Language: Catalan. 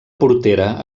portera